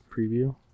preview